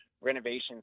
renovations